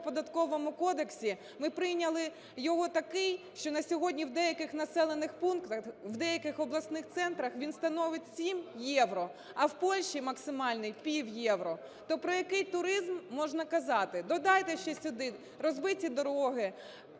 Податковому кодексі ми прийняли його такий, що на сьогодні в деяких населених пунктах, в деяких обласних центрах він становить 7 євро, а в Польщі максимальний – пів євро. То про який туризм можна казати? Додайте ще сюди розбиті дороги,